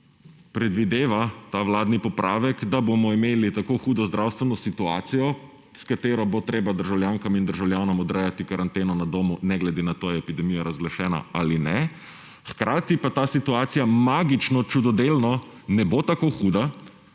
Predvideva ta vladni popravek, da bomo imeli tako hudo zdravstveno situacijo, s katero bo treba državljankam in državljanom odrejati karanteno na domu ne glede na to, ali je epidemija razglašena ali ne, hkrati pa ta situacija magično, čudodelno ne bo tako huda,